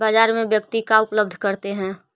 बाजार में व्यक्ति का उपलब्ध करते हैं?